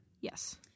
Yes